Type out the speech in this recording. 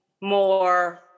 more